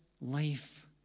life